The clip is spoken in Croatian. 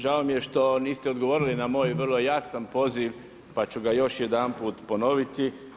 Žao mi je što niste odgovorili na moj vrlo jasan poziv, pa ću ga još jedanput ponoviti.